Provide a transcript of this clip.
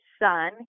son